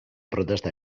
protesta